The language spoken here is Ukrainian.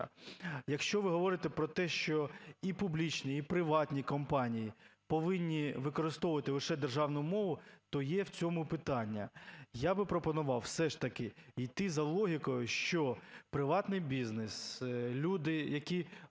Якщо ви говорите про те, що і публічні, і приватні компанії повинні використовувати лише державну мову, то є в цьому питання. Я би пропонував все ж таки йти за логікою, що приватний бізнес, люди, які